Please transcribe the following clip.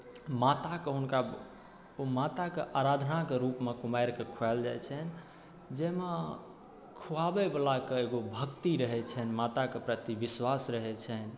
माताक हुनका ओ माताके आराधनाके रूपमे कुमारिके खुआयल जाइ छनि जाहिमे खुआबैवलाके एगो भक्ति रहै छनि माताके प्रति विश्वास रहै छनि